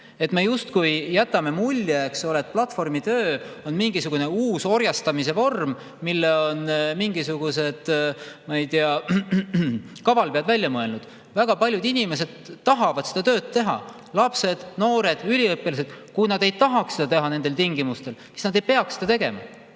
ise. Me jätame mulje, eks ole, et platvormitöö on justkui mingisugune uus orjastamise vorm, mille on mingisugused, ma ei tea, kavalpead välja mõelnud. Väga paljud inimesed tahavad sellist tööd teha: lapsed, noored, üliõpilased. Kui nad ei taha seda teha nendel tingimustel, siis nad ei pea seda tegema.